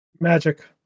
Magic